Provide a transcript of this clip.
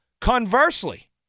Conversely